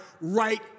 right